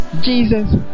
Jesus